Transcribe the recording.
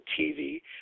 TV